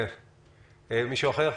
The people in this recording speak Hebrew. מישהו אחר?